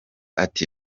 ati